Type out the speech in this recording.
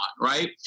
right